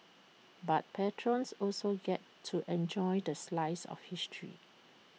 but patrons also get to enjoy the slice of history